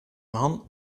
man